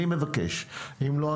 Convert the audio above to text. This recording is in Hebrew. אני מבקש אם לא,